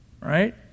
right